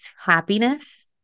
happiness